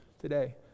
today